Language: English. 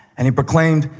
and he proclaimed,